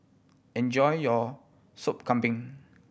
enjoy your Sop Kambing